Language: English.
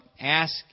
ask